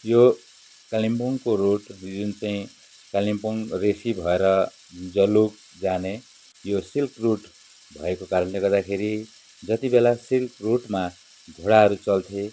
यो कालिम्पोङको रोड जुन चाहिँ कालिम्पोङ रेसी भएर जलुक जाने यो सिल्क रूट भएको कारणले गर्दाखेरि जतिबेला सिल्क रूटमा घोडाहरू चल्थे